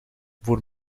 voor